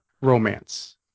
romance